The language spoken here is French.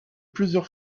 plusieurs